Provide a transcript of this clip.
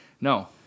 No